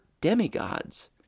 demigods